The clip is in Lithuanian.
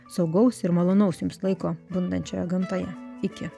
saugaus ir malonaus jums laiko bundančioje gamtoje iki